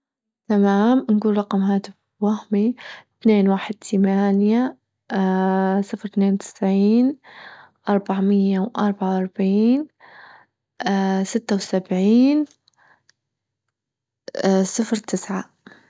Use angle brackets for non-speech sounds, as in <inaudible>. تمام نجول رقم هاتف وهمي أثنين واحد تمانية <hesitation> صفر أثنين وتسعين أربع مئة وأربعة وأربعين <hesitation> ستة وسبعين <hesitation> صفر تسعة.